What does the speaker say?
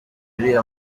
uriya